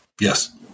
yes